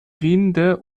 rinde